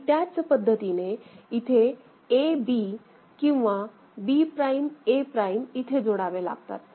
आणि त्याच पद्धतीने इथे AB किंवा B प्राइम A प्राइम इथे जोडावे लागतील